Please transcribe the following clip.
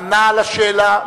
ענה על השאלה,